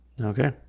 Okay